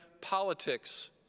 politics